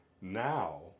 Now